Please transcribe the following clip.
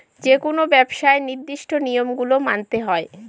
যেকোনো ব্যবসায় নির্দিষ্ট নিয়ম গুলো মানতে হয়